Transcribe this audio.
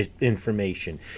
information